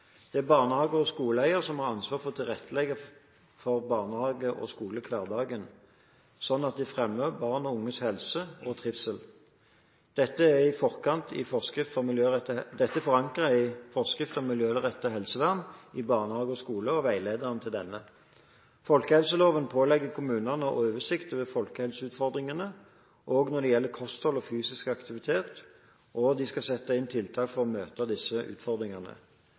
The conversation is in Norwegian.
Det er barnehage- og skoleeier som har ansvar for å tilrettelegge for barnehage- og skolehverdagen, sånn at de fremmer barn og unges helse og trivsel. Dette er forankret i forskrift for miljørettet helsevern i barnehager og skoler og veilederen til denne. Folkehelseloven pålegger kommunene å ha oversikt over folkehelseutfordringene òg når det gjelder kosthold og fysisk aktivitet, og de skal sette inn tiltak for å møte disse utfordringene.